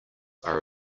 are